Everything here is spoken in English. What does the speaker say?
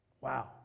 Wow